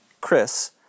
Chris